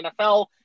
NFL